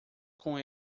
com